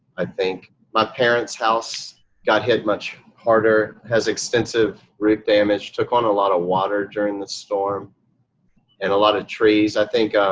i think. my parents' house got hit much harder. expensive roof damage, took on a lot of water during the storm and a lot of trees, i think,